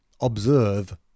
observe